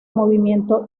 movimiento